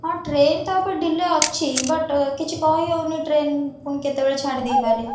ହଁ ଟ୍ରେନ୍ ତ ଏବେ ଡିଲେ ଅଛି ବଟ୍ କିଛି କହିହେଉନି ଟ୍ରେନ୍ ପୁଣି କେତେବେଳେ ଛାଡ଼ି ଦେଇପାରେ